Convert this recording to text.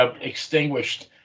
extinguished